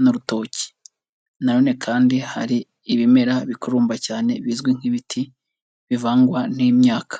n'urutoki. Na none kandi hari ibimera bikururumba cyane bizwi nk'ibiti bivangwa n'imyaka.